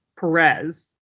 Perez